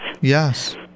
yes